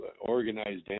organized